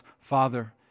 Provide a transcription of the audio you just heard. Father